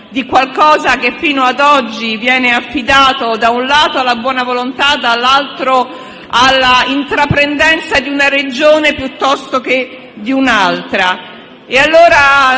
di qualcosa che fino ad oggi viene affidato da un lato alla buona volontà e dall'altro all'intraprendenza di una Regione piuttosto che di un'altra.